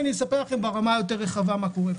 אספר לכם ברמה הרחבה יותר מה קורה פה.